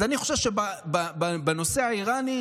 אז אני חושב שבנושא האיראני,